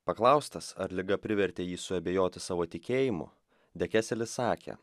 paklaustas ar liga privertė jį suabejoti savo tikėjimu dekeselis sakė